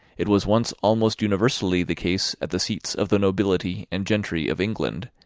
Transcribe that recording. it was once almost universally the case at the seats of the nobility and gentry of england,